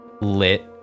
lit